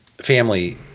family